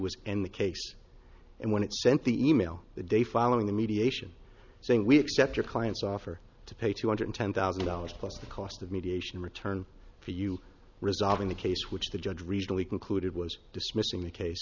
was in the case and when it sent the email the day following the mediation saying we accept your client's offer to pay two hundred ten thousand dollars plus the cost of mediation in return for you resolving the case which the judge regionally concluded was dismissing the